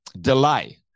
delay